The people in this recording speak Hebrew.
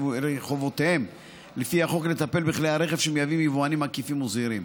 לחובותיהם לפי החוק לטפל בכלי הרכב שמייבאים יבואנים עקיפים וזעירים.